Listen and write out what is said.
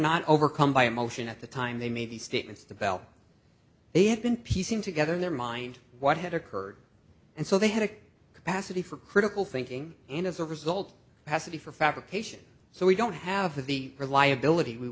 not overcome by emotion at the time they made these statements the bell they had been piecing together their mind what had occurred and so they had a capacity for critical thinking and as a result has to be for fabrication so we don't have the reliability we